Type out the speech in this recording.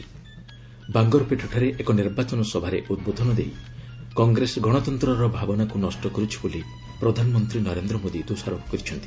ବାଙ୍ଗାରପେଟ୍ଠାରେ ଏକ ନିର୍ବାଚନ ସଭାରେ ଉଦ୍ବୋଧନ ଦେଇ କଂଗ୍ରେସ ଗଣତନ୍ତ୍ରର ଭାବନାକୁ ନଷ୍ଟ କରୁଛି ବୋଲି ପ୍ରଧାନମନ୍ତ୍ରୀ ନରେନ୍ଦ୍ର ମୋଦି ଦୋଷାରୋପ କରିଛନ୍ତି